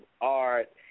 Art